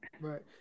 Right